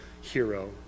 hero